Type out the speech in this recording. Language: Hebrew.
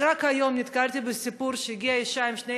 רק היום נתקלתי בסיפור שהגיעה אישה עם שני